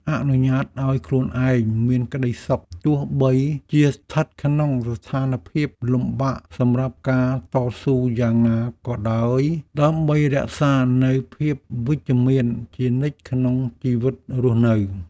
អនុញ្ញាតឱ្យខ្លួនឯងមានក្ដីសុខទោះបីជាស្ថិតក្នុងស្ថានភាពលំបាកសម្រាប់ការតស៊ូយ៉ាងណាក៏ដោយដើម្បីរក្សានូវភាពវិជ្ជមានជានិច្ចក្នុងជីវិតរស់នៅ។